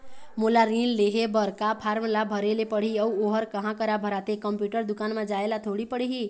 मोला ऋण लेहे बर का फार्म ला भरे ले पड़ही अऊ ओहर कहा करा भराथे, कंप्यूटर दुकान मा जाए ला थोड़ी पड़ही?